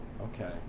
okay